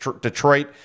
Detroit